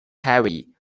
heavily